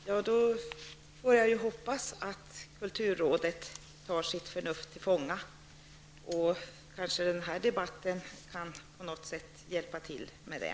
Herr talman! Då får jag hoppas att kulturrådet tar sitt förnuft till fånga. Kanske kan denna debatt på något sätt bidra till det.